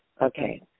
Okay